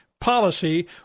policy